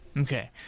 okay.